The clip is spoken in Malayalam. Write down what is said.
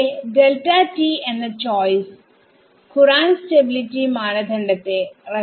എന്റെ എന്ന ചോയ്സ് കുറാന്റ് സ്റ്റബിലിറ്റി മാനദണ്ഡത്തെ റെസ്പെക്ട് ചെയ്യുന്നു